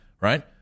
right